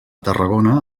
tarragona